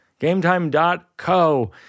GameTime.co